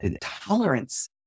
tolerance